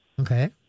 Okay